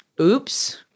oops